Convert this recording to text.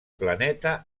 planeta